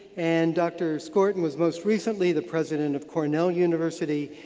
and doctor skorton was most recently the president of cornell university,